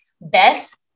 Best